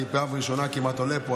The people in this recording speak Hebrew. אני עולה פה כמעט בפעם הראשונה.